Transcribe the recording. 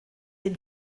den